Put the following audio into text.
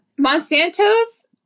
Monsanto's